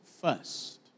first